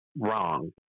wrong